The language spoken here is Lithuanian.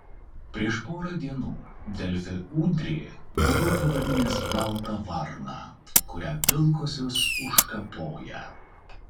prieš porą dienų delfi udrį buvau pavadinęs balta varna kurią pilkosios užkapoja